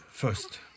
First